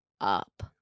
up